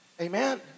amen